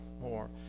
more